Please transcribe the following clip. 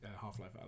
Half-Life